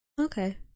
Okay